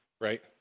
right